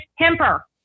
temper